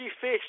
fish